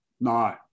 No